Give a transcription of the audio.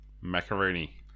macaroni